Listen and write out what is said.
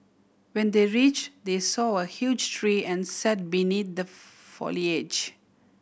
when they reach they saw a huge tree and sat beneath the foliage